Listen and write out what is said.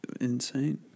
insane